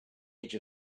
edge